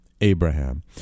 Abraham